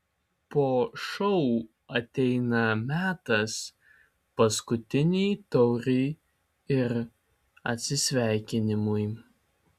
po šou ateina metas paskutinei taurei ir atsisveikinimui